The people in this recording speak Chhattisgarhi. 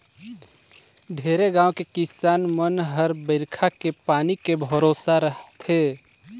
ढेरे गाँव के किसान मन हर बईरखा के पानी के भरोसा रथे